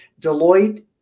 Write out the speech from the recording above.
deloitte